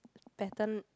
pattern